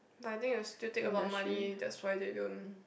but I think it will still take a lot of money that's why they don't